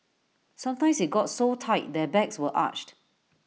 sometimes IT got so tight their backs were arched